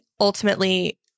ultimately